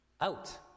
out